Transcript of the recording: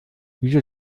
wieso